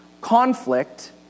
conflict